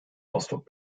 ausdruck